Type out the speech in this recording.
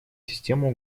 систему